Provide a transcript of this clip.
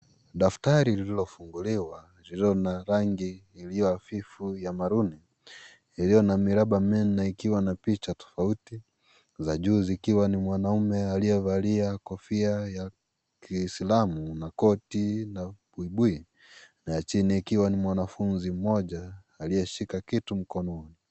Daftari lililofunguliwa, lililo na rangi iliyo hafifu ya maroon iliyo na miraba minne ikiwa na picha tofauti za juu zikiwa ni mwanaume aliyevalia kofia ya Kiislamu na koti na buibui na ya chini ikiwa ni mwanafunzi moja aliyeshika kitu mkononi.